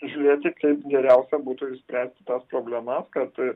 žiūrėti kaip geriausia būtų išspręsti tas problemas kad